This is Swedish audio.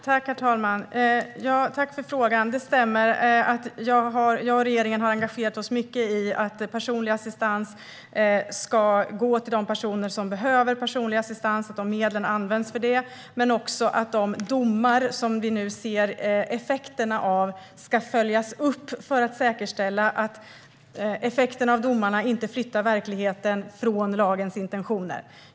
Herr talman! Tack för frågan! Jag och regeringen har engagerat oss mycket i att personlig assistans ska gå till de personer som behöver personlig assistans, att medlen används för det. Men domarna ska nu följas upp för att vi ska kunna säkerställa att effekterna av dem inte flyttar verkligheten från lagens intentioner.